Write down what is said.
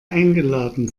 eingeladen